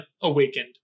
awakened